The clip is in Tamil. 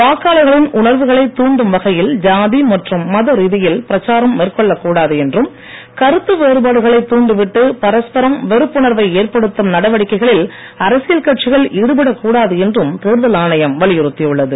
வாக்காளர்களின் உணர்வுகளைத் தூண்டும் வகையில் சாதி மற்றும் மத பிரச்சாரம் ரீதியில் மேற்கொள்ளக்கூடாது என்றும் கருத்துவேறுபாடுகளை தூண்டிவிட்டு பரஸ்பரம் வெறுப்புணர்வை ஏற்படுத்தும் நடவடிக்கைகளில் அரசியல் கட்சிகள் ஈடுபடக்கூடாது என்றும் தேர்தல் ஆணையம் வலியுறுத்தியுள்ளது